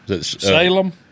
Salem